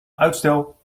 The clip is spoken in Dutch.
uitstel